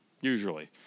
Usually